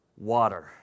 water